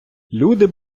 люди